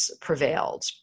prevailed